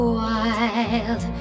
wild